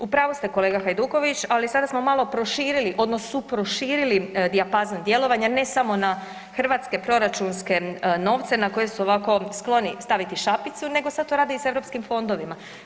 U pravu ste kolega Hajduković, ali sada smo malo proširili odnosno suproširili dijapazon djelovanja ne samo na hrvatske proračunske novce na koje su ovako skloni staviti šapicu, nego sad to rade i s Europskim fondovima.